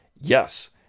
Yes